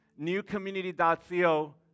newcommunity.co